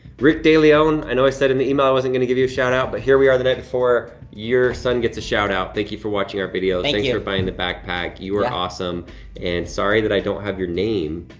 rick deleone, i know i said in the email i wasn't gonna give you a shout-out but here we are the night before, your son gets a shout-out. thank you for watching our videos. and thanks for buying the backpack. you are awesome and sorry that i don't have your name,